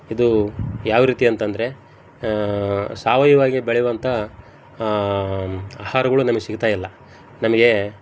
ಇದು ಯಾವ ರೀತಿ ಅಂತಂದರೆ ಸಾವಯವವಾಗಿ ಬೆಳೆಯುವಂಥ ಆಹಾರಗಳು ನಮಗೆ ಸಿಗ್ತಾ ಇಲ್ಲ ನಮಗೆ